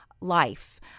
life